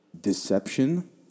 deception